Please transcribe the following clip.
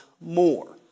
more